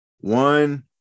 one